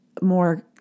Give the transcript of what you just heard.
more